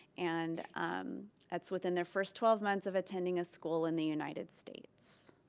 and that's within their first twelve months of attending a school in the united states.